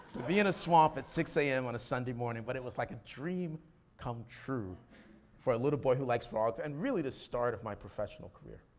be in a swamp at six am on a sunday morning, but it was like a dream come true for a little boy who likes frogs and really the start of my professional career.